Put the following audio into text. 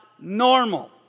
normal